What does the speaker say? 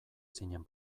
zinen